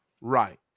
Right